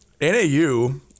NAU